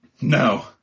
No